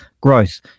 growth